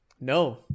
No